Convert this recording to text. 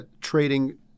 trading